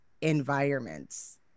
environments